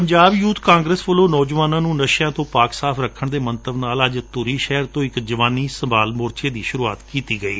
ਪੰਜਾਬ ਯੁਬ ਕਾਂਗਰਸ ਵੱਲੋ' ਨੌਜਵਾਨਾਂ ਨੁੰ ਨਸ਼ਿਆਂ ਤੋ' ਪਾਕ ਸਾਫ ਰੱਖਣ ਦੇ ਮੰਤਵ ਨਾਲ ਅੱਜ ਧੁਰੀ ਸ਼ਹਿਰ ਤੋ' ਜਵਾਨੀ ਸੰਭਾਲ ਮੋਰਚੇ ਦੀ ਸੁਰੁਆਤ ਕੀਤੀ ਗਈ